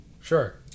Sure